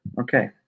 Okay